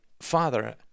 father